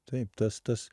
taip tas tas